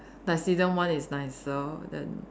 like season one is nicer than